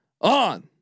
on